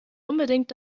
unbedingt